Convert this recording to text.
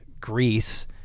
Greece